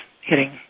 hitting